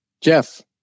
Jeff